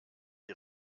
die